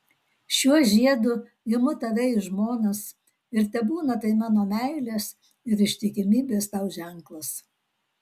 šiuo žiedu imu tave į žmonas ir tebūna tai mano meilės ir ištikimybės tau ženklas